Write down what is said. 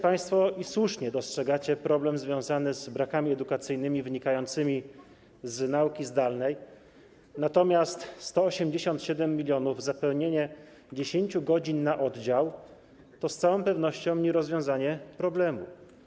Państwo widzicie i słusznie dostrzegacie problem związany z brakami edukacyjnymi wynikającymi z nauki zdalnej, natomiast 187 mln, zapewnienie 10 godzin na oddział to z całą pewnością nie jest rozwiązanie problemu.